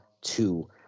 two